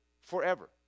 forever